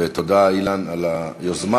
ותודה, אילן, על היוזמה